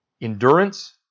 Endurance